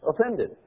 offended